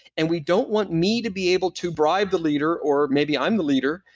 and we don't want me to be able to bribe the leader, or maybe i'm the leader,